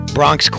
Bronx